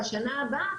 לשנה הבאה,